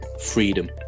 freedom